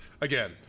again